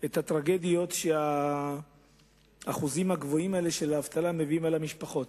את הטרגדיות שהאחוזים הגבוהים האלה של האבטלה מביאים על המשפחות.